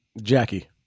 Jackie